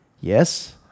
Yes